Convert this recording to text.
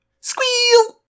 Squeal